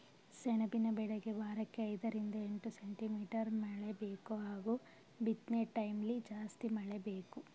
ಸೆಣಬಿನ ಬೆಳೆಗೆ ವಾರಕ್ಕೆ ಐದರಿಂದ ಎಂಟು ಸೆಂಟಿಮೀಟರ್ ಮಳೆಬೇಕು ಹಾಗೂ ಬಿತ್ನೆಟೈಮ್ಲಿ ಜಾಸ್ತಿ ಮಳೆ ಬೇಕು